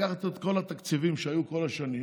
לקחת את כל התקציבים שהיו כל השנים,